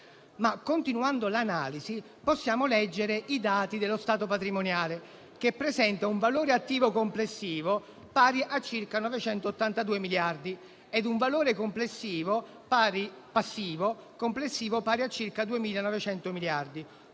Continuando l'analisi, possiamo leggere i dati dello stato patrimoniale, che presenta un valore attivo complessivo pari a circa 982 miliardi e un valore passivo complessivo pari a circa 2.900 miliardi,